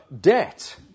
debt